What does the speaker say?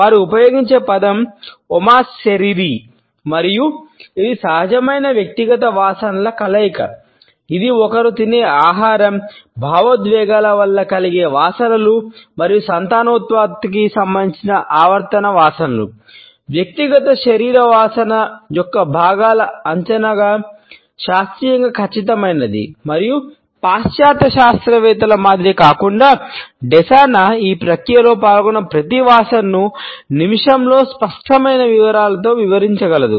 వారు ఉపయోగించే పదం ఒమా సెరిరి ఈ ప్రక్రియలో పాల్గొన్న ప్రతి వాసనను నిమిషంలో స్పష్టమైన వివరాలతో వివరించగలదు